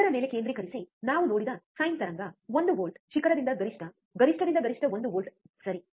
ಇದರ ಮೇಲೆ ಕೇಂದ್ರೀಕರಿಸಿ ನಾವು ನೋಡಿದ ಸೈನ್ ತರಂಗ ಒಂದು ವೋಲ್ಟ್ ಶಿಖರದಿಂದ ಗರಿಷ್ಠ ಗರಿಷ್ಠದಿಂದ ಗರಿಷ್ಠ ಒಂದು ವೋಲ್ಟ್ ಸರಿ